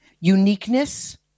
uniqueness